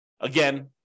Again